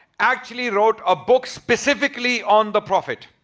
actually wrote a book specifically on the prophet.